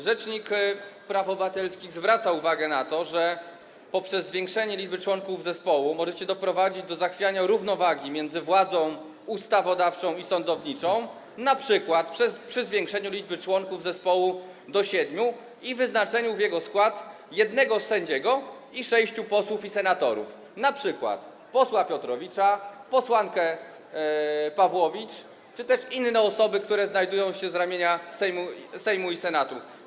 Rzecznik praw obywatelskich zwracał uwagę na to, że poprzez zwiększenie liczby członków zespołu możecie doprowadzić do zachwiania równowagi między władzą ustawodawczą i sądowniczą, np. przy zwiększeniu liczby członków zespołu do siedmiu i wyznaczeniu do jego składu jednego sędziego i sześciu posłów i senatorów, np. posła Piotrowicza, posłanki Pawłowicz czy też innych osób z ramienia Sejmu i Senatu.